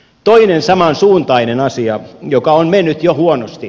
toinen samansuuntainen asia joka on mennyt jo huonosti